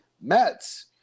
Mets